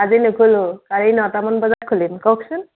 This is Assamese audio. আজি নোখোলোঁ কালি নটামান বজাত খুলিম কওকচোন